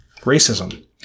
racism